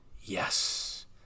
yes